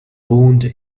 wound